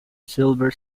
silver